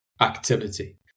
activity